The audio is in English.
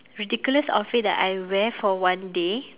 ridiculous outfit that I wear for one day